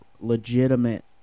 legitimate